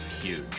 huge